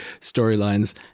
storylines